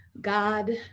God